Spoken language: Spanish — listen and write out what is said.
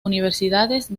universidades